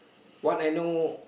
what I know